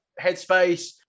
headspace